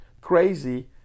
crazy